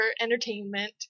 entertainment